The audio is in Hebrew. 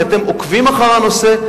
כי אתם עוקבים אחר הנושא,